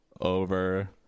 over